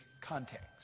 context